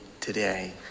today